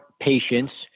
patients